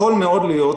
יכול מאוד להיות,